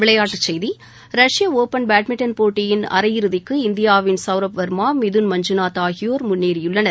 விளையாட்டுச்செய்தி ரஷ்ய open badminton போட்டியில் அரையிறுதிக்கு இந்தியாவின் சௌரவ் வர்மா மிதுன் மஞ்சுநாத் ஆகியோர் முன்னேறியுள்ளனர்